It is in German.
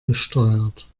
besteuert